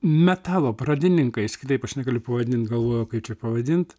metalo pradininkais kitaip aš negaliu pavadint galvojau kaip čia pavadint